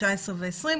2019 ו-2020,